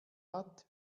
hat